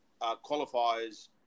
qualifiers